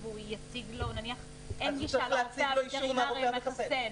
והוא יציג לו --- יציג לו אישור מהרופא המחסן.